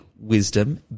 wisdom